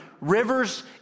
rivers